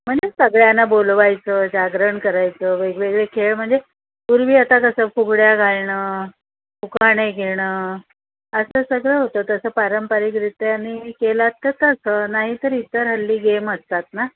म्हणजे सगळ्यांना बोलवायचं जागरण करायचं वेगवेगळे खेळ म्हणजे पूर्वी आता कसं फुगड्या घालणं उखाणे घेणं असं सगळं होतं तसं पारंपरिकरितीने केलात तर तसं नाही तर इतर हल्ली गेम असतात ना